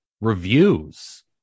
reviews